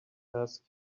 ask